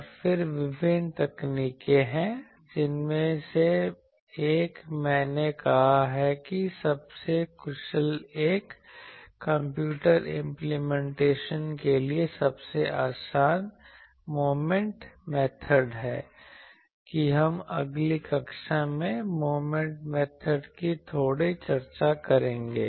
और फिर विभिन्न तकनीकें हैं जिनमें से एक मैंने कहा कि सबसे कुशल एक कंप्यूटर इंप्लीमेंटेशन के लिए सबसे आसान मोमेंट मेथड है कि हम अगली कक्षा में मोमेंट मेथड की थोड़ी चर्चा करेंगे